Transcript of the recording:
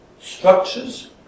Structures